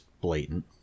blatant